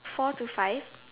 four to five